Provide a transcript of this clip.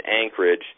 Anchorage